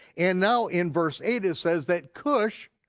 and now in verse eight, it says that cush,